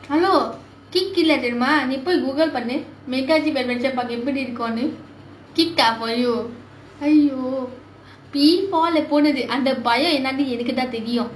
hello kick இல்லை தெரியுமா நீ போய்:illai theriyumaa nee poi Google பண்ணு:pannu Megazip adventure park எப்படி இருக்குன்னு:eppadi irukkunnu kick ah for you !aiyo! P four leh போனது அந்த பயம் என்னானு எனக்கு தான் தெரியும்:ponathu antha bayam ennaanu ennakku thaan theriyum